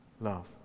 love